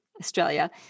Australia